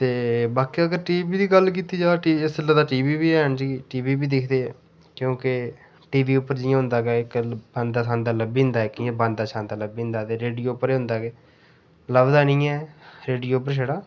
ते बाकी अगर टी वी दी गल्ल कीती जाए तां इसलै टी वी हैन भाई टी वी दिखदे ऐ क्योंकि टी वी उप्पर जि'यां होंदा ऐ अजकल्ल आंदा सांदा लब्भी जंदा ते रेडियो उप्पर एह् होंदा के लभदा नेईं ऐ रेडियो उप्पर छड़ा